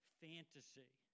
fantasy